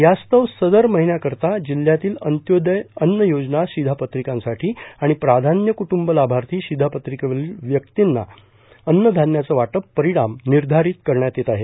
यास्तव सदर महिन्याकरीता जिल्ह्यातील अंत्योदय अन्न योजना शिघापत्रिकांसाठी आणि प्राघान्य कुटूंब लामार्थी शिघापत्रिकेवरील व्यक्तींना अन्नधान्याचं वाटप परिणाम निर्घारित करण्यात येत आहे